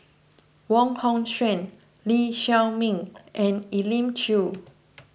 Wong Hong Suen Lee Chiaw Meng and Elim Chew